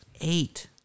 Eight